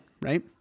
right